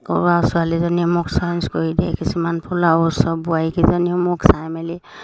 কৰোঁ আাৰু ছোৱালীজনীয়ে মোক চইচ কৰি দিয়ে কিছুমান ফুল আৰু ওচৰৰ বোৱাৰীকেইজনীও মোক চাই মেলি